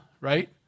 right